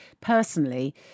personally